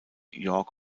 york